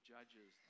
Judges